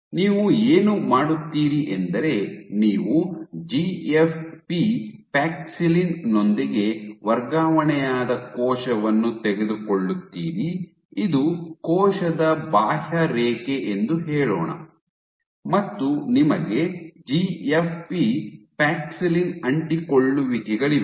ನೀವು ಏನು ಮಾಡುತ್ತೀರಿ ಎಂದರೆ ನೀವು ಜಿಎಫ್ಪಿ ಪ್ಯಾಕ್ಸಿಲಿನ್ ನೊಂದಿಗೆ ವರ್ಗಾವಣೆಯಾದ ಕೋಶವನ್ನು ತೆಗೆದುಕೊಳ್ಳುತ್ತೀರಿ ಇದು ಕೋಶದ ಬಾಹ್ಯರೇಖೆ ಎಂದು ಹೇಳೋಣ ಮತ್ತು ನಿಮಗೆ ಜಿಎಫ್ಪಿ ಪ್ಯಾಕ್ಸಿಲಿನ್ ಅಂಟಿಕೊಳ್ಳುವಿಕೆಗಳಿವೆ